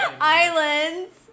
Islands